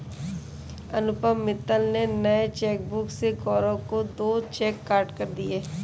अनुपम मित्तल ने नए चेकबुक से गौरव को दो चेक काटकर दिया